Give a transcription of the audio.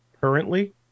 Currently